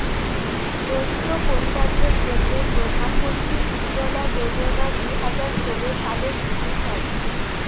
দরিদ্র পরিবারদের জন্যে প্রধান মন্ত্রী উজ্জলা যোজনা দুহাজার ষোল সালে শুরু হয়